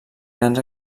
grans